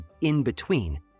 in-between